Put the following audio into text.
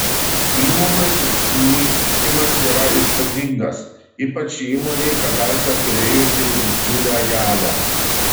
įmonės nykimas yra įspūdingas ypač įmonei kadaise turėjusiai didžiulę galią